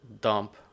dump